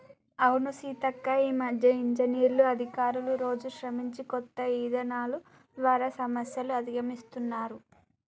అవును సీతక్క ఈ మధ్య ఇంజనీర్లు అధికారులు రోజు శ్రమించి కొత్త ఇధానాలు ద్వారా సమస్యలు అధిగమిస్తున్నారు